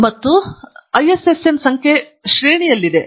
ಮತ್ತು ಐಎಸ್ಎಸ್ಎನ್ ಸಂಖ್ಯೆ ಶ್ರೇಣಿಯಲ್ಲಿದೆ